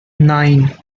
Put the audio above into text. nine